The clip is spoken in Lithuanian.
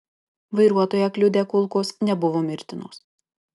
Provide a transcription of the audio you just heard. vairuotoją kliudę kulkos nebuvo mirtinos